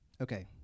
Okay